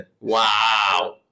Wow